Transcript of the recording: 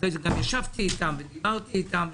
אחרי כן גם ישבתי איתם ודיברתי איתם,